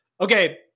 Okay